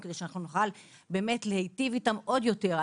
לפחות כדי שנוכל להיטיב איתם עוד יותר.